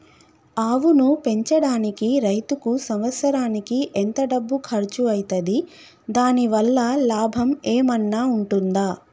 ఆవును పెంచడానికి రైతుకు సంవత్సరానికి ఎంత డబ్బు ఖర్చు అయితది? దాని వల్ల లాభం ఏమన్నా ఉంటుందా?